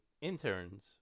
interns